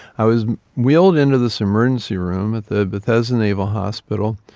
i was wheeled into this emergency room at the bethesda naval hospital,